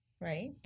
right